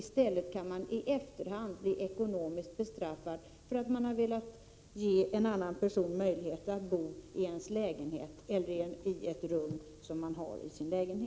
I stället kan man i efterhand bli ekonomiskt bestraffad, därför att man har velat ge en annan person möjlighet att bo i ens lägenhet eller i ett rum i denna.